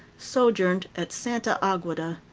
sojourned at santa agueda.